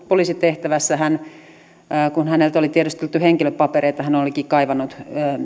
poliisitehtävässä tiedusteltu henkilöpapereita hän olikin kaivanut